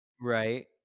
Right